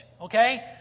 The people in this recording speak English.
Okay